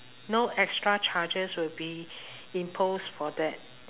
no extra charges will be imposed for that